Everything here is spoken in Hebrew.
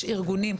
יש ארגונים,